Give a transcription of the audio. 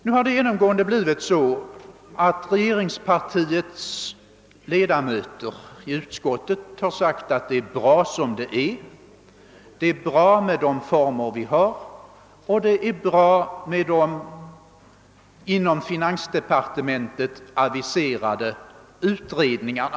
Det har genomgående blivit så, att regeringspartiets ledamöter i utskottet har sagt att allt är bra som det är; den praktiska utformningen av systemet och den av finansdepartementet aviserade utredningen är bra.